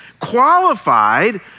qualified